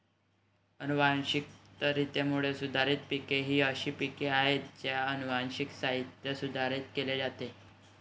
अनुवांशिकरित्या सुधारित पिके ही अशी पिके आहेत ज्यांचे अनुवांशिक साहित्य सुधारित केले जाते